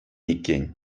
иккен